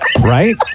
Right